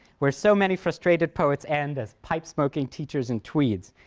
where so many frustrated poets end as pipe-smoking teachers in tweeds.